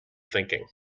thinking